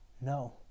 No